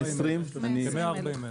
כ-140 אלף.